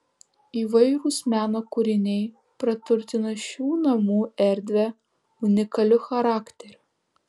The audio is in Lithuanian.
įvairūs meno kūriniai praturtina šių namų erdvę unikaliu charakteriu